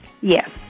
Yes